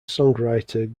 songwriter